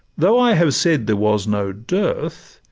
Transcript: though i have said there was no dearth,